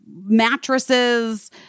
mattresses